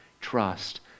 trust